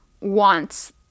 wants